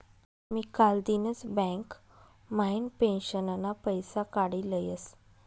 मी कालदिनच बँक म्हाइन पेंशनना पैसा काडी लयस